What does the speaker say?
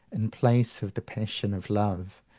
in place of the passion of love.